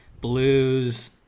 Blues